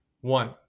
One